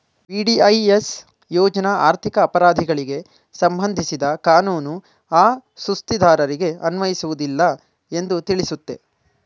VDIS ಯೋಜ್ನ ಆರ್ಥಿಕ ಅಪರಾಧಿಗಳಿಗೆ ಸಂಬಂಧಿಸಿದ ಕಾನೂನು ಆ ಸುಸ್ತಿದಾರರಿಗೆ ಅನ್ವಯಿಸುವುದಿಲ್ಲ ಎಂದು ತಿಳಿಸುತ್ತೆ